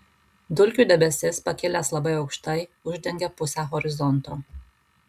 dulkių debesis pakilęs labai aukštai uždengia pusę horizonto